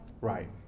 Right